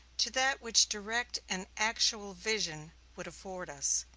to that which direct and actual vision would afford us,